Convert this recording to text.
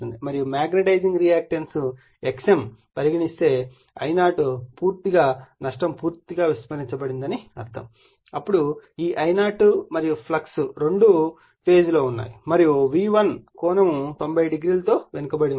మరియు magnetising reactance xm పరిగణిస్తే I0 పూర్తిగా నష్టం పూర్తిగా విస్మరించబడిందని అర్థం అప్పుడు ఈ I0 మరియు ∅ రెండూ ఫేజ్ లో ఉన్నాయి మరియు V1 కోణం 90o తో వెనుకబడి ఉన్నాయి